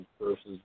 versus